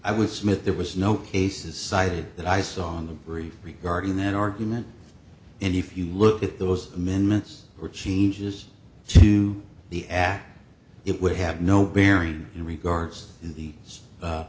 i will smith there was no cases cited that i saw in the brief regarding that argument and if you look at those amendments or changes to the act it would have no bearing in regards to the